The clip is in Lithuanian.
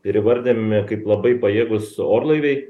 ir įvardijami kaip labai pajėgūs orlaiviai